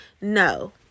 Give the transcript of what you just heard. No